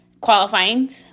qualifying